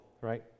right